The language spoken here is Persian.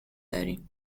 داریم